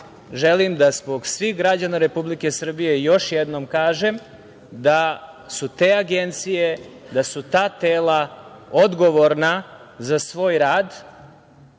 želim da zbog svih građana Republike Srbije još jednom kažem da su te agencije, da su ta tela odgovorna za svoj rad